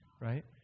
Right